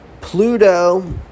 Pluto